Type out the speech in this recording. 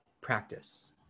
practice